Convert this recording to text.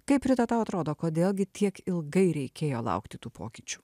kaip rita tau atrodo kodėl gi tiek ilgai reikėjo laukti tų pokyčių